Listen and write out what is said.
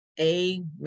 amen